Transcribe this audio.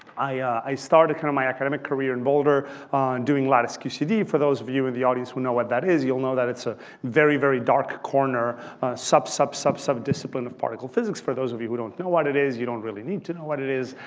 i started kind of my academic career in boulder doing a lot of qcd. for those of you in the audience who know what that is. you'll know that it's a very, very dark corner sub, sub, sub, sub discipline of particle physics. for those of you who don't know what it is, you don't really need to know what it is.